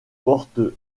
portent